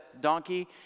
donkey